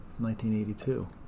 1982